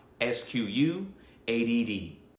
S-Q-U-A-D-D